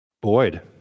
Boyd